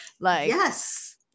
yes